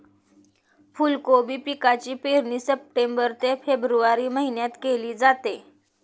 फुलकोबी पिकाची पेरणी सप्टेंबर ते फेब्रुवारी महिन्यात केली जाते